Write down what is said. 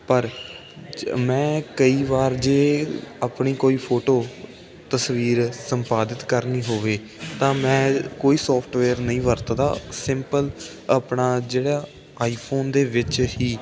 ਪਰ ਜ ਮੈਂ ਕਈ ਵਾਰ ਜੇ ਆਪਣੀ ਕੋਈ ਫੋਟੋ ਤਸਵੀਰ ਸੰਪਾਦਿਤ ਕਰਨੀ ਹੋਵੇ ਤਾਂ ਮੈਂ ਕੋਈ ਸੋਫਟਵੇਅਰ ਨਹੀਂ ਵਰਤਦਾ ਸਿੰਪਲ ਆਪਣਾ ਜਿਹੜਾ ਆਈਫੋਨ ਦੇ ਵਿੱਚ ਹੀ